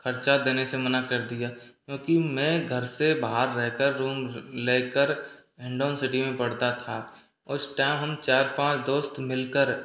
खर्चा देने से मना कर दिया क्योंकि मैं घर से बाहर रह कर रूम लेकर हिंडौन सिटी में पढ़ता था उस टाइम हम चार पाँच दोस्त मिलकर